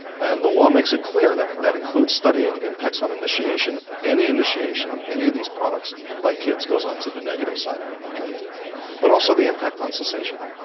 and the law makes it clear, that that includes studying impacts on initiation any initiation on any of these products by kids goes onto the negative side of the ledger but also the impact on cessation.